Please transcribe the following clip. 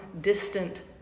distant